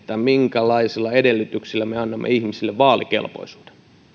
minkälaisilla edellytyksillä me annamme ihmisille vaalikelpoisuuden